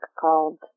called